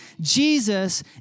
Jesus